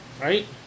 right